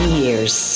years